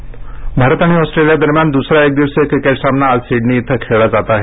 cricket Bharat आणि Australia दरम्यान दुसरा एकदिवसीय सामना आज सिडनी इथं खेळला जात आहे